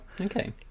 Okay